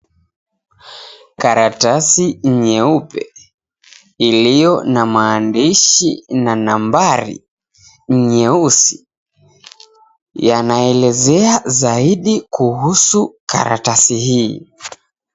Karatasi nyeupe, iliyo na maandishi na nambari nyeusi yanaelezea zaidi kuhusu karatasi hii.